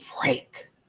break